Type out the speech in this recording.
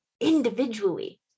individually